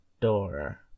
door